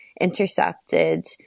intercepted